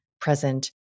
present